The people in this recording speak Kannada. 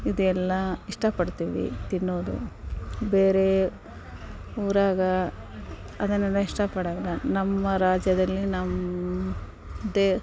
ಇದೆಲ್ಲ ಇಷ್ಟಪಡ್ತೀವಿ ತಿನ್ನೋದು ಬೇರೆ ಊರಾಗ ಅದನ್ನೆಲ್ಲ ಇಷ್ಟಪಡಲ್ಲ ನಮ್ಮ ರಾಜ್ಯದಲ್ಲಿ ನಮ್ಮ ದೆ